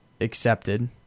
accepted